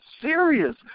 Serious